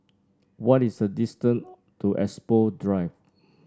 what is the distance to Expo Drive